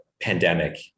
pandemic